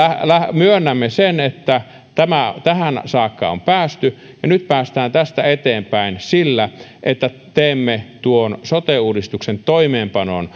myönnämme sen että tähän saakka on päästy ja nyt päästään tästä eteenpäin sillä että teemme tuon sote uudistuksen toimeenpanon